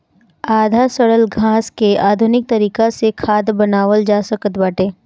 आधा सड़ल घास के आधुनिक तरीका से खाद बनावल जा सकत बाटे